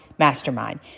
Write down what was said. Mastermind